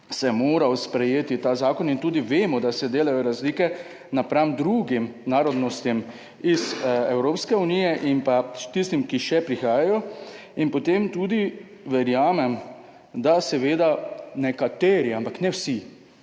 bi se moral sprejeti ta zakon. Vemo tudi, da se delajo razlike nasproti drugim narodnostim iz Evropske unije in tistim, ki še prihajajo. Potem tudi verjamem, da seveda nekateri, ampak ne vsi,